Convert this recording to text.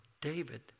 David